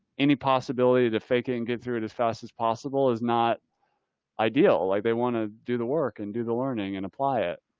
any possibility to fake it and get through it as fast as possible is not ideal. like they want to do the work and do the learning and apply it.